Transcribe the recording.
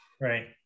right